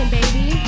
baby